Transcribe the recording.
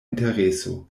intereso